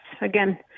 again